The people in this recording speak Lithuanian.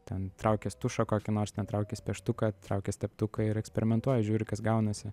ten traukies tušą kokį nors ten traukies pieštuką traukies teptuką ir eksperimentuoji žiūri kas gaunasi